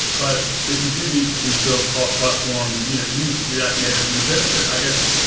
but if you do need to build cross platform, you know use react native. and the benefit, i guess,